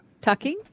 tucking